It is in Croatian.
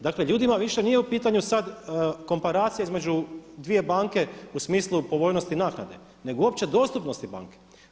Dakle ljudima više nije u pitanju sada komparacija između dvije banke u smislu povoljnosti naknade nego uopće dostupnosti banke.